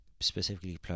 specifically